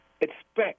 expect